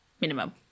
minimum